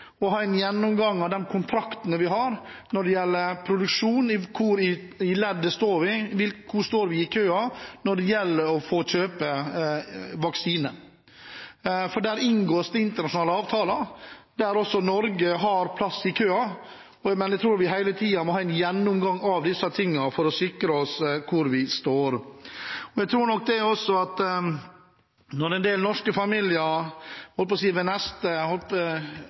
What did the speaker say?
å ha en gjennomgang av de kontraktene vi har når det gjelder produksjon. Hvor i leddet står vi, hvor står vi i køen når det gjelder å få kjøpe vaksiner? Der inngås det internasjonale avtaler der også Norge har plass i køen, og jeg tror vi hele tiden må ha en gjennomgang av disse tingene for å sikre oss hvor vi står. Jeg tror nok også at når en del norske familier – jeg holdt på å si – ved neste